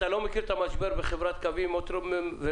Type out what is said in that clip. אתה לא מכיר את המשבר בחברת קווים ומטרופולין?